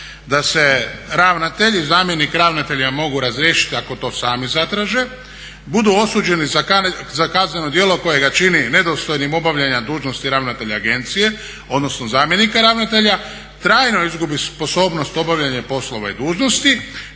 da se ravnatelj i zamjenik ravnatelja mogu razriješiti ako to sami zatraže, budu osuđeni za kazneno djelo koje ga čini nedostojnim obavljanja dužnosti ravnatelja agencije odnosno zamjenika ravnatelja, trajno izgubi sposobnost obavljanja poslova i dužnosti,